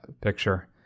picture